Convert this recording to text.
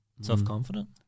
self-confident